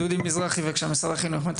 דודי מזרחי, משרד החינוך, בבקשה.